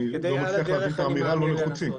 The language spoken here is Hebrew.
אני לא מצליח להבין את האמירה לא נחוצים.